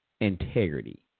integrity